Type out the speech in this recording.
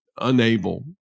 unable